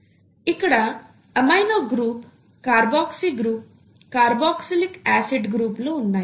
ఇక్కడ amino group carboxy group carboxylic acid గ్రూపులు ఉన్నాయి